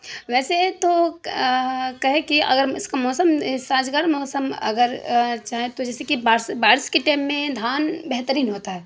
ویسے تو کاہے کہ اگر اس کا موسم سازگار موسم اگر چاہیں تو جیسے کہ بارش کے ٹائم میں دھان بہترین ہوتا ہے